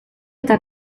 eta